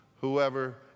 whoever